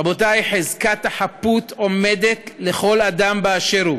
רבותי, חזקת החפות עומדת לכל אדם באשר הוא,